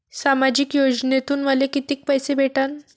सामाजिक योजनेतून मले कितीक पैसे भेटन?